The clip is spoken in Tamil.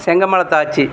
செங்கமலத்து ஆச்சி